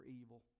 evil